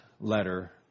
letter